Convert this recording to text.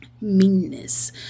meanness